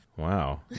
Wow